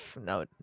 no